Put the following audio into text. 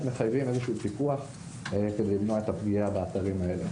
מחייבים איזה שהוא פיקוח כדי למנוע את הפגיעה באתרים האלה.